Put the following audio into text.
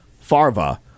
Farva